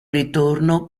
ritorno